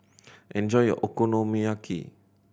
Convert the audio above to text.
enjoy your Okonomiyaki